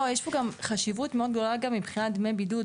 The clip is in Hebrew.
לא, יש פה גם חשיבות מאוד גדולה מבחינת דמי בידוד.